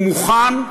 הוא מוכן,